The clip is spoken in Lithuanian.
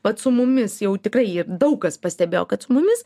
vat su mumis jau tikrai ir daug kas pastebėjo kad su mumis